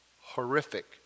Horrific